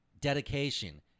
dedication